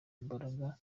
imbaraga